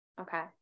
okay